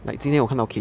orh